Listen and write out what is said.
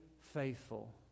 faithful